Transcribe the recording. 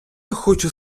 хочу